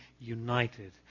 united